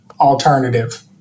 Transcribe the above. alternative